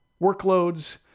workloads